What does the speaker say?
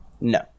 No